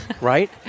Right